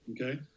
okay